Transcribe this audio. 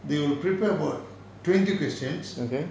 they will prepare about twenty questions